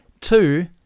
Two